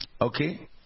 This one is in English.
Okay